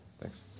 Thanks